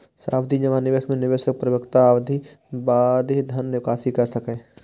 सावधि जमा निवेश मे निवेशक परिपक्वता अवधिक बादे धन निकासी कैर सकैए